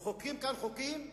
מחוקקים כאן חוקים,